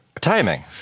Timing